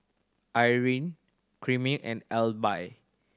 Irven Chimere and Elby